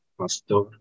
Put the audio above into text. Pastor